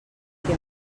qui